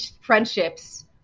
friendships